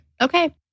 okay